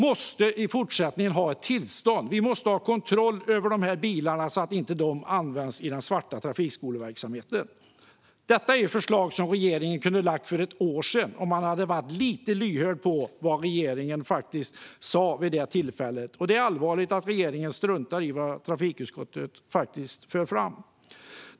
I fortsättningen måste det finnas tillstånd. Vi måste ha kontroll över bilarna så att de inte används i den svarta trafikskoleverksamheten. Dessa förslag kunde regeringen ha lagt fram för ett år sedan om man hade varit lite lyhörd för vad riksdagen sa vid det tillfället. Det är allvarligt att regeringen struntar i vad trafikutskottet för fram.